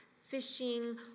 fishing